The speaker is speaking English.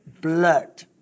blood